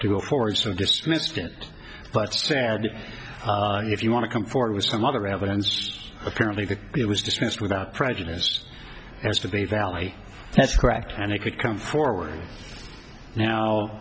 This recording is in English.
to afford some dismissed it but sad if you want to come forward with some other evidence apparently that was dismissed without prejudice rest of the valley that's correct and they could come forward now